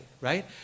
right